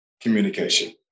communication